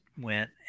went